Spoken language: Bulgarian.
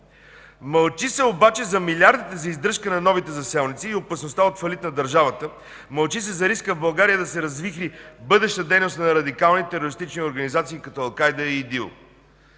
Мълчи се обаче за милиардната издръжка на новите заселници и опасността от фалит на държавата, мълчи се за риска в България да се развихри бъдеща дейност на радикални терористични организации като Ал Кайда и